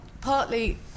Partly